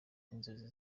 inzozi